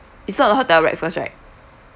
it's not the hotel breakfast right